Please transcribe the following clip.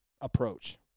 approach